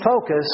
focus